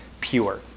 pure